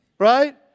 right